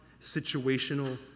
situational